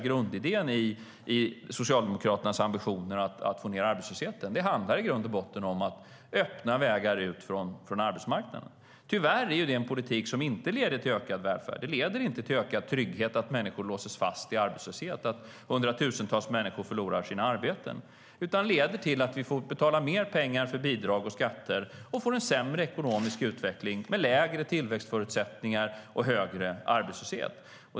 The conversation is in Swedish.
Grundidén i Socialdemokraternas ambitioner att få ned arbetslösheten handlar om att öppna vägar ut från arbetsmarknaden. Tyvärr leder denna politik inte till ökad välfärd. Det leder inte till ökad trygghet att människor låses fast i arbetslöshet och att hundratusentals människor förlorar sina arbeten. Er politik leder i stället till att vi får betala mer pengar för bidrag och skatter och får en sämre ekonomisk utveckling med lägre tillväxtförutsättningar och högre arbetslöshet.